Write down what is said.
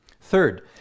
Third